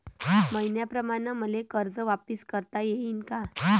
मईन्याप्रमाणं मले कर्ज वापिस करता येईन का?